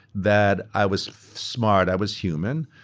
that i was smart, i was human,